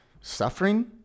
Suffering